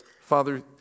Father